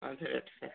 आधे रेट पर